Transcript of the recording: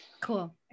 Cool